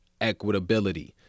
equitability